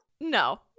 No